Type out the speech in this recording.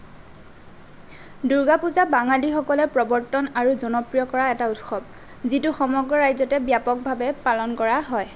দুৰ্গা পূজা বাঙালীসকলে প্ৰৱৰ্তন আৰু জনপ্ৰিয় কৰা এটা উৎসৱ যিটো সমগ্ৰ ৰাজ্যতে ব্যাপকভাৱে পালন কৰা হয়